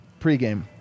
pregame